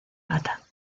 gata